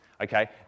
Okay